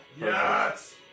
Yes